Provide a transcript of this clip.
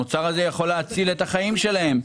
המוצר הזה יכול להציל את החיים שלהם.